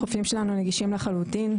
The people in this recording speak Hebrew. החופים שלנו נגישים לחלוטין,